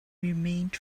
remained